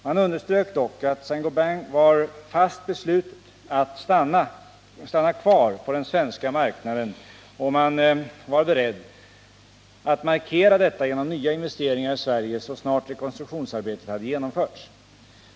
Man underströk dock att S:t Gobain var fast beslutet att stanna kvar på den svenska marknaden, och man var beredd att markera detta genom nya investeringar i Sverige så snart rekonstruktionsarbetet hade genomförts.